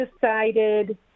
decided